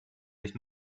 sich